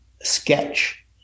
sketch